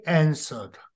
answered